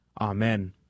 Amen